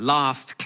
Last